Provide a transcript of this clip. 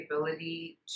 ability